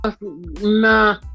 nah